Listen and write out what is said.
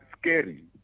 scary